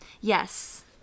Yes